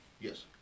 Yes